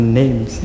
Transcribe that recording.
names